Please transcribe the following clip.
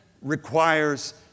requires